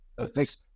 Thanks